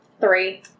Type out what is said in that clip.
three